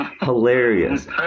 hilarious